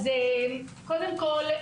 קודם כול,